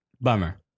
Bummer